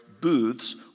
booths